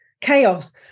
chaos